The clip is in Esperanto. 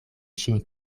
ŝin